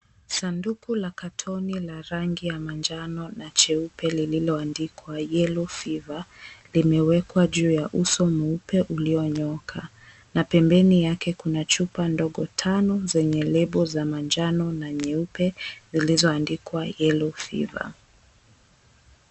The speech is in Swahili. Sanduku la katoni la rangi ya mnjano na cheupe lililoandikwa, Yellow Fever limewekwa juu ya uso mweupe ulionyooka na pembeni yake kuna chupa ndogo tano zenye lebo za manjano na nyeupe, zilizoandikwa, Yellow Fever .